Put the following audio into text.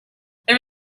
there